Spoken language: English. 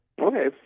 Okay